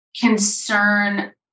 concern